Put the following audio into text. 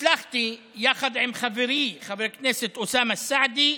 הצלחתי, יחד עם חברי חבר הכנסת אוסאמה סעדי,